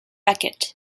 beckett